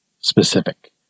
specific